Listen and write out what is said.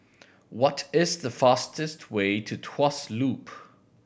what is the fastest way to Tuas Loop